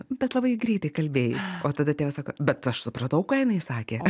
bet labai greitai kalbėjai o tada tėvas sako bet aš supratau ką jinai sakė